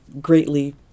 greatly